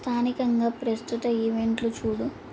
స్థానికంగా ప్రస్తుత ఈవెంట్లు చూడు